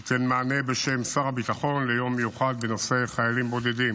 אני נותן מענה בשם שר הביטחון ליום מיוחד בנושא חיילים בודדים.